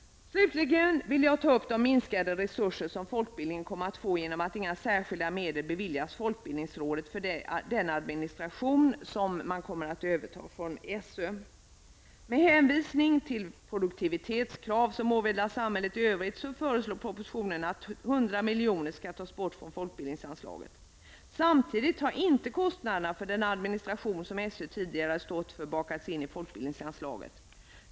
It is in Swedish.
Slutligen vill jag ta upp frågan om de minskade resurser som folkbildningen kommer att få genom att inga särskilda medel beviljas folkbildningsrådet för den administration som man kommer att överta från SÖ. Men hänvisning till det produktivitetskrav som åvilar samhället i övrigt föreslås i propositionen att 100 miljoner skall tas bort från folkbildningsanslaget. Samtidigt har inte kostnaderna för den administration som SÖ tidigare stått för bakats in i folkbildningsanslaget.